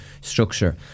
structure